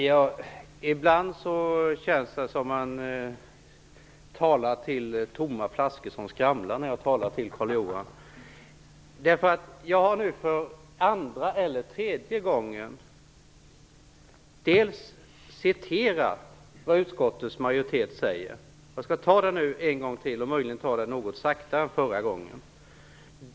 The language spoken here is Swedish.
Herr talman! Ibland känns det som när man talar till tomma flaskor som skramlar när jag talar till Carl Johan Wilson. Jag har två eller tre gånger citerat vad utskottets majoritet säger. Jag skall ta det en gång till, och då möjligen något saktare än förra gången.